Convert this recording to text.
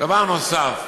דבר נוסף,